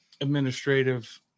administrative